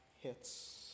hits